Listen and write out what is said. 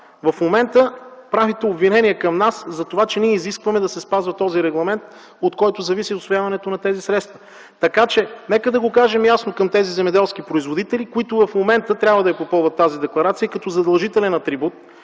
в момента правите обвинение към нас за това, че изискваме да се спазва този регламент, от който зависи усвояването на тези средства. Нека го кажем ясно към тези земеделски производители, които в момента трябва да попълват тази декларация като задължителен атрибут,